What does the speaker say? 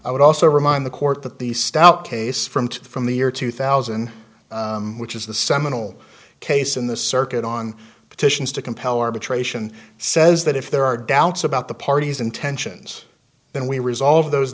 i would also remind the court that the stout case from two from the year two thousand which is the seminal case in the circuit on petitions to compel arbitration says that if there are doubts about the party's intentions then we resolve those